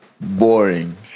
boring